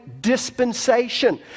dispensation